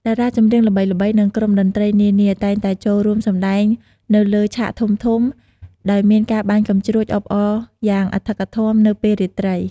តារាចម្រៀងល្បីៗ និងក្រុមតន្ត្រីនានា តែងតែចូលរួមសំដែងនៅលើឆាកធំៗ ដោយមានការបាញ់កាំជ្រួចអបអរយ៉ាងអធិកអធមនៅពេលរាត្រី។